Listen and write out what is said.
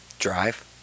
drive